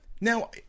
Now